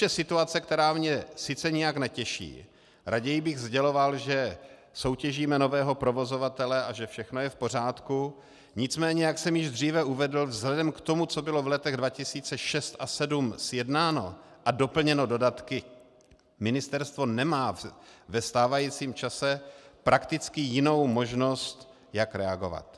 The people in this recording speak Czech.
Je to situace, která mě sice nijak netěší, raději bych sděloval, že soutěžíme nového provozovatele a že všechno je v pořádku, nicméně jak jsem již dříve uvedl, vzhledem k tomu, co bylo v letech 2006 a 2007 sjednáno a doplněno dodatky, ministerstvo nemá ve stávajícím čase prakticky jinou možnost, jak reagovat.